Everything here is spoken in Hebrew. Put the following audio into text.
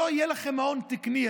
לא יהיה לכם מעון תקני,